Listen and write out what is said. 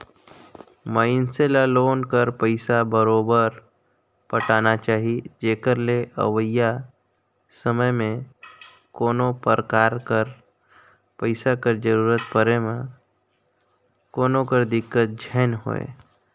मइनसे ल लोन कर पइसा बरोबेर पटाना चाही जेकर ले अवइया समे में कोनो परकार कर पइसा कर जरूरत परे में कोनो कर दिक्कत झेइन होए